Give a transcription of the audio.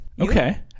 Okay